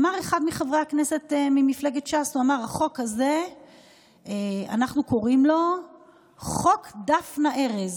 אמר אחד מחברי הכנסת ממפלגת ש"ס: לחוק הזה אנחנו קוראים "חוק דפנה ארז".